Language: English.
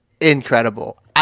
incredible